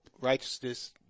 righteousness